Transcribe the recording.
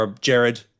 Jared